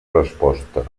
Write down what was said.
resposta